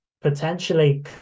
potentially